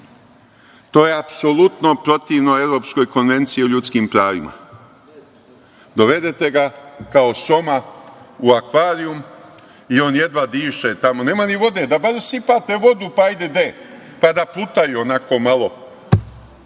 To je apsolutno protivno Evropskoj konvenciji o ljudskim pravima. Dovedete ga kao soma u akvarijumu i on jedva diše tamo, nema ni vode, da barem sipate vodu, pa hajde, pa da plutaju malo.